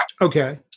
Okay